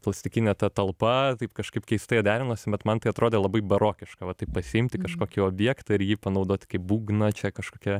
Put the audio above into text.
plastikinė ta talpa taip kažkaip keistai derinosi bet man tai atrodė labai barokiška va taip pasiimti kažkokį objektą ir jį panaudot kaip būgną čia kažkokia